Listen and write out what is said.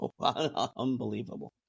Unbelievable